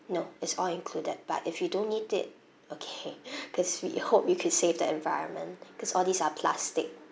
no it's all included but if you don't need it okay cause we hope you can save the environment because all these are plastic